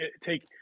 take